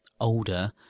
older